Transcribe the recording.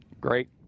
Great